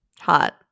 Hot